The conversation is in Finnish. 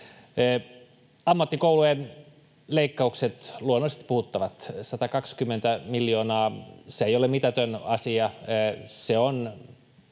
Ammattikoulujen leikkaukset luonnollisesti puhuttavat. 120 miljoonaa ei ole mitätön asia.